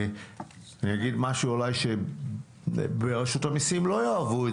אני אגיד משהו שאולי ברשות המיסים לא יאהבו,